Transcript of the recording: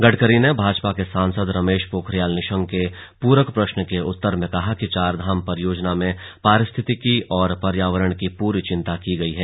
गडकरी ने भाजपा के रमेश पोखरियाल निशंक के पूरक प्रश्न के उत्तर में कहा कि चारधाम परियोजना में पारिस्थितिकी और पर्यावरण की पूरी चिंता की गयी है